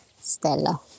Stella